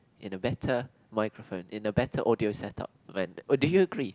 in a better microphone in a better audio set up when oh do you agree